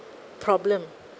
problem